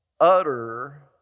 utter